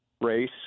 race